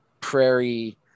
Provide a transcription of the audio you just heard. prairie